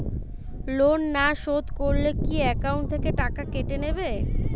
Loan না শোধ করলে কি একাউন্ট থেকে টাকা কেটে নেবে?